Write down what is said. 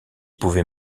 pouvait